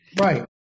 right